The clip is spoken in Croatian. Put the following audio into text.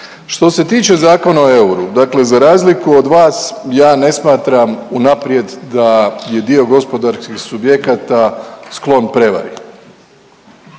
Što se tiče Zakona o euru, dakle za razliku od vas ja ne smatram unaprijed da je dio gospodarskih subjekata sklon prevari.